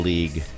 League